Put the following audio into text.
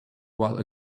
while